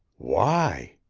why?